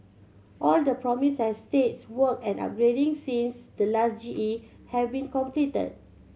all the promised estates work and upgrading since the last G E have been completed